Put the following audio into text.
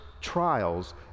trials